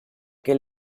che